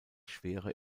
schwere